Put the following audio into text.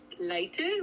later